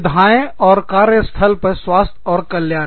सुविधाएँ और कार्य स्थल पर स्वास्थ्य और कल्याण